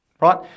right